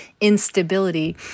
instability